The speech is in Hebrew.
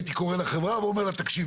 הייתי קורא לחברה ואומר לה - תקשיב.